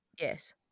yes